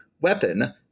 weapon